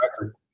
record